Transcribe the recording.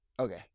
Okay